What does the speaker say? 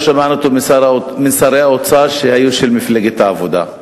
לא שמענו אותו משרי האוצר שהיו של מפלגת העבודה,